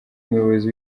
umuyobozi